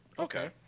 Okay